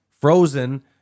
frozen